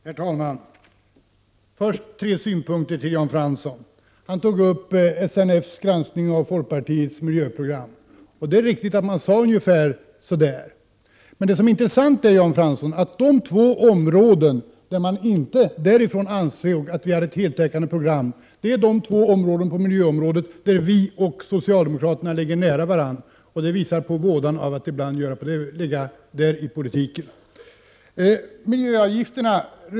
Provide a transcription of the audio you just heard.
Herr talman! Först vill jag framföra tre synpunkter till Jan Fransson. Han tog upp SNF:s granskning av folkpartiets miljöprogram. Det är riktigt att SNF sade ungefär det som Jan Fransson redogjorde för. Men det som är intressant, Jan Fransson, är att de två områden som SNF ansåg att vi inte hade ett heltäckande program för är de två miljöområden där vi och socialdemokraterna ligger nära varandra. Det visar på vådan av att i politiken ligga nära socialdemokraterna.